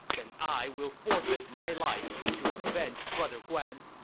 then i will forfeit my life to avenge brother guan!